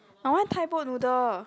I want Thai boat noodle